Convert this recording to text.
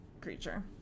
creature